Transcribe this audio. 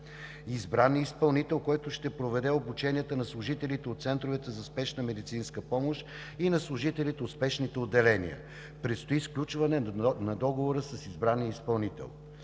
Избран е изпълнител, който ще проведе обученията на служителите от центровете за спешна медицинска помощ и на служителите от спешните отделения. Предстои сключване на договора с избрания изпълнител.